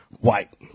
white